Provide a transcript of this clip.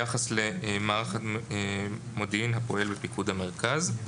ביחס למערך המודיעין הפועל פיקוד המרכז.